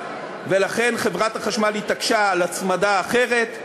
ולכן חברת החשמל התעקשה על הצמדה אחרת.